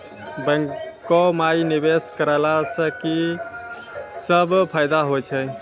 बैंको माई निवेश कराला से की सब फ़ायदा हो छै?